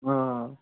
آ آ